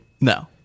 No